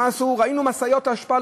ראינו משאיות אשפה,